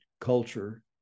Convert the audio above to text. culture